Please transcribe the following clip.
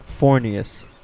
Fornius